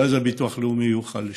ואז הביטוח הלאומי יוכל לשלם.